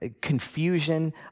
confusion